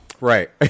Right